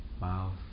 mouth